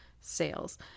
sales